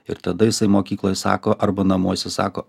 ir tada jisai mokykloje sako arba namuose sako